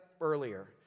earlier